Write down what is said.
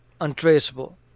untraceable